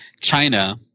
China